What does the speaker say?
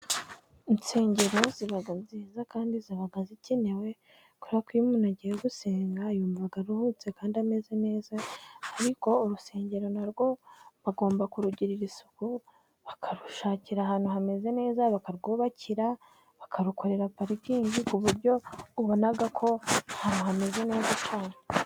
Insengero ziba nziza kandi ziba zikenewe, kuberako iyo umuntu agiye gusenga yumva aruhutse kandi ameze neza, ariko urusengero na rwo bagomba kurugirira isuku, bakarushakira ahantu hameze neza, bakarwubakira, bakarukorera parikingi, ku buryo ubona ko aha hameze neza cyane.